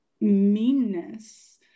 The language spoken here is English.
meanness